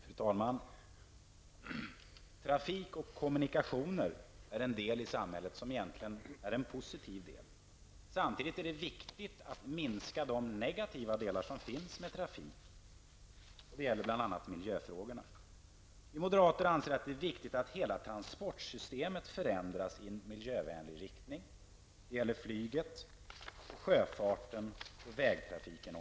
Fru talman! Trafik och kommunikationer är någonting i samhället som egentligen är positivt. Samtidigt är det viktigt att minska de negativa sidor trafiken har, det gäller bl.a. miljöfrågorna. Vi moderater anser att det är viktigt att hela transportsystemet förändras i miljövänlig riktning. Det gäller flyget, sjöfarten och vägtrafiken.